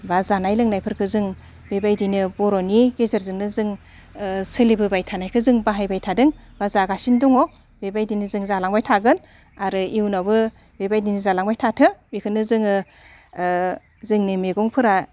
बा जानाय लोंनायफोरखो जों बेबायदिनो बर'नि गेजेरजोंनो जों सोलिबोबाय थानायखो जों बाहायबाय थादों बा जागासिनो दङ बेबायदिनो जों जालांबाय थागोन आरो इयुनावबो बेबायदिनो जालांबाय थाथों बेखोनो जोङो जोंनि मैगंफोरा